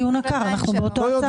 זה לא קשור דיון עקר, אנחנו באותו צד.